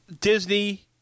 Disney